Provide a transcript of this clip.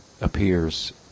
appears